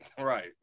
Right